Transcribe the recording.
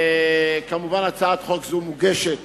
מובן שהצעת החוק הזאת מוגשת